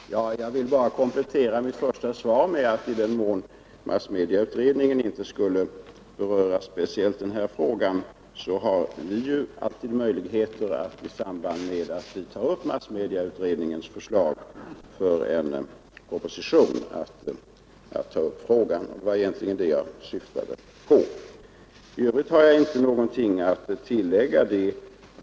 Herr talman! Jag vill bara komplettera mitt första svar med att säga att i den mån massmedieutredningen inte skulle beröra speciellt den här frågan, så har vi alltid möjlighet att ta upp den i samband med utarbetandet av en proposition i anledning av massmedieutredningens förslag. Det var egentligen det jag syftade på. I övrigt har jag inte någonting att tillägga.